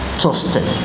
trusted